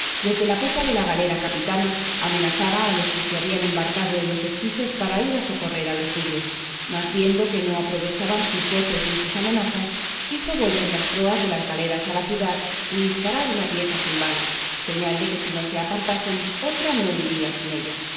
desde la popa de la galera capitana amenazaba a los que se habían embarcado en los esquifes para ir a socorrer a los suyos mas viendo que no aprovechaban sus voces ni sus amenazas hizo volver las proas de las galeras a la ciudad y disparar una pieza sin bala señal de que si no se apartasen otra no iría sin ella en esto estaba don rafael atentamente mirando la cruel y